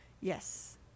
Yes